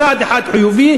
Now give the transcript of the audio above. צעד אחד חיובי,